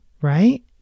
right